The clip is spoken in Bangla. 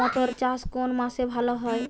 মটর চাষ কোন মাসে ভালো হয়?